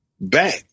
back